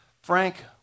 Frank